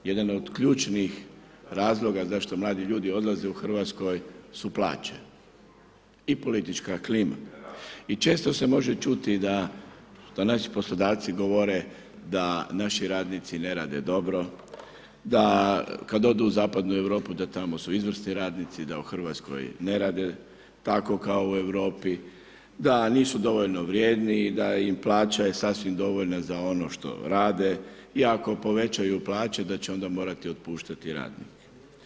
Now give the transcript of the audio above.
Jedan od ključnih razloga zašto mladi ljudi odlaze u Hrvatskoj su plaće i politička klima i često se može ćuti da, što naši poslodavci govore, da naši radnici ne rade dobro, da kad odu u zapadnu Europu, da tamo su izvrsni radnici, da u Hrvatskoj ne rade tako kao u Europi, da nisu dovoljno vrijedni i da im plaća je sasvim dovoljna na ono što rade i ako povećaju plaće da će onda morati otpuštati radnike.